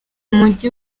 mujyi